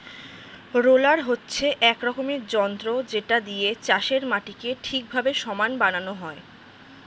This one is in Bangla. রোলার হচ্ছে এক রকমের যন্ত্র যেটা দিয়ে চাষের মাটিকে ঠিকভাবে সমান বানানো হয়